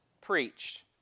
preached